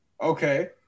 okay